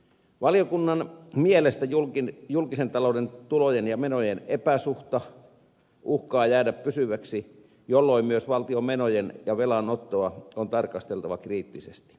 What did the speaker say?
valiokunnan mielestä julkisen talouden tulojen ja menojen epäsuhta uhkaa jäädä pysyväksi jolloin myös valtion menoja ja velanottoa on tarkasteltava kriittisesti